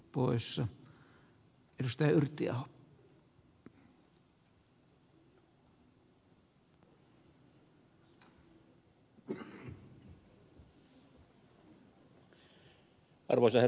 arvoisa herra puhemies